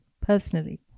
personally